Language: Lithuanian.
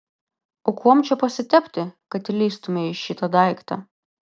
o kuom čia pasitepti kad įlįstumei į šitą daiktą